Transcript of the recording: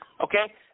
Okay